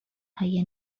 های